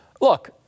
look